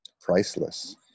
priceless